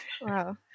Wow